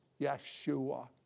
Yeshua